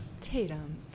Tatum